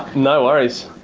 no worries.